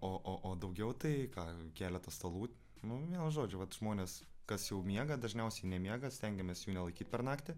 o o o daugiau tai ką keletą stalų nu vienu žodžiu vat žmonės kas jau miega dažniausiai nemiega stengiamės jų nelaikyt per naktį